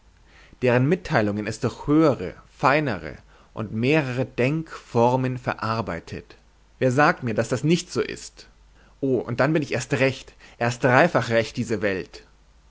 deren mitteilungen es durch höhere feinere und mehrere denkformen verarbeitet wer sagt mir daß das nicht so ist o dann bin ich erst recht erst dreifach recht die welt